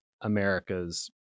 America's